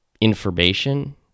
information